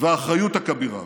והאחריות הכבירה